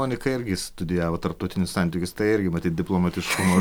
monika irgi studijavo tarptautinius santykius tai irgi matyt diplomatiškumo